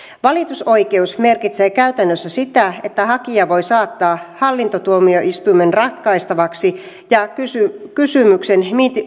valitusoikeus merkitsee käytännössä sitä että hakija voi saattaa hallintotuomioistuimen ratkaistavaksi kysymyksen